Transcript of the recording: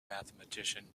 mathematician